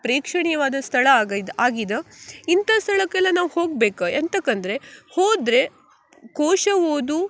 ಪ್ರೇಕ್ಷಣೀಯವಾದ ಸ್ಥಳ ಆಗೈದ್ ಆಗಿದೆ ಇಂಥ ಸ್ಥಳಕೆಲ್ಲ ನಾವು ಹೋಗ್ಬೇಕು ಎಂತಕ್ಕಂದರೆ ಹೋದರೆ ಕೋಶ ಓದು